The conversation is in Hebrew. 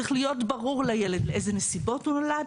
צריך להיות ברור לילד באיזה נסיבות הוא נולד,